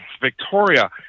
Victoria